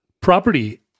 property